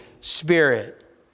spirit